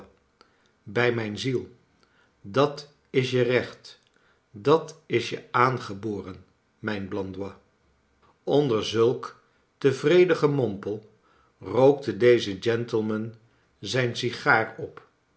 bij mijn ziell dat is je recht dat is je aangeboren mijn blandois onder zulk tevreden gemompel rookte deze gentleman zijn sigaar op